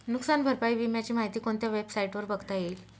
नुकसान भरपाई विम्याची माहिती कोणत्या वेबसाईटवर बघता येईल?